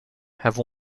have